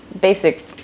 basic